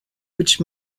which